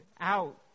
out